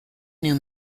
new